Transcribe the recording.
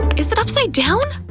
is it upside down?